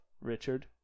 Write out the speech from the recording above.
Richard